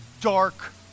dark